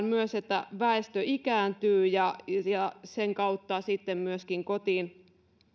myös että väestö ikääntyy ja ja sen kautta sitten myöskin kotiin